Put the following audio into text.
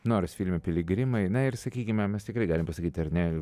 nors filme piligrimai na ir sakykime mes tikrai galime pasakyti ar ne